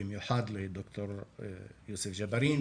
במיוחד לד"ר יוסף ג'בארין,